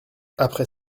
après